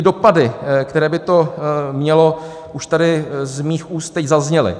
Dopady, které by to mělo, už tady z mých úst teď zazněly.